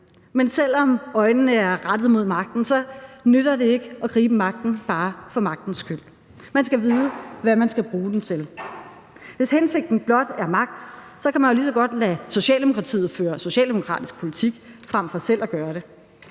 Men selv om øjnene er rettet mod magten, nytter det ikke at gribe magten bare for magtens skyld. Man skal vide, hvad man skal bruge den til. Hvis hensigten blot er magt, kan man jo lige så godt lade Socialdemokratiet føre socialdemokratisk politik frem for selv at gøre det.